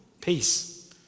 Peace